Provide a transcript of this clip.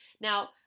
Now